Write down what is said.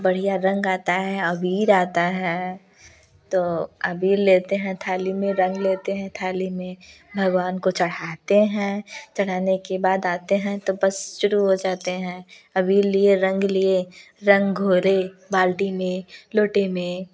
बढ़िया रंग आता है अबीर आता है तो अबीर लेते हैं थाली में भगवान को चढ़ाते हैं चढ़ने के बाद आते हैं तो बस शुरू हो हो जाते हैं अबीर लिए रंग लिए रंग घोरे बाल्टी में लोटे में